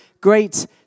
great